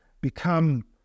become